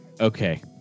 okay